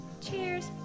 cheers